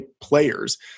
players